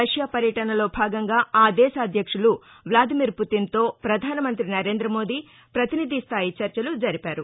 Russia పర్యటనలో భాగంగా ఆదేశాధ్యక్షులు Vladimir పుతిన్తో పధానమంతి నరేంద్రమోదీ పతినిధి స్థాయి చర్చలు జరిపారు